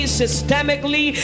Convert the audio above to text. systemically